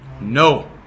No